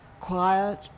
Quiet